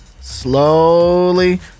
slowly